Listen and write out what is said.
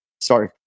sorry